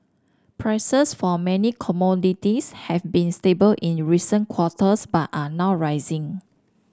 prices for many commodities have been stable in recent quarters but are now rising